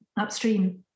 upstream